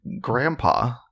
grandpa